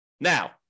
Now